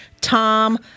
Tom